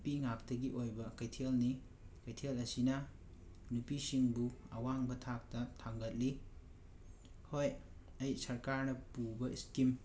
ꯅꯨꯄꯤ ꯉꯥꯛꯇꯒꯤ ꯑꯣꯏꯕ ꯀꯩꯊꯦꯜꯅꯤ ꯀꯩꯊꯦꯜ ꯑꯁꯤꯅ ꯅꯨꯄꯤꯁꯤꯡꯕꯨ ꯑꯋꯥꯡꯕ ꯊꯥꯛꯇ ꯊꯥꯡꯒꯠꯂꯤ ꯍꯣꯏ ꯑꯩ ꯁꯔꯀꯥꯔꯅ ꯄꯨꯕ ꯁ꯭ꯀꯤꯝ